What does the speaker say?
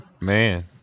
man